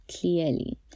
clearly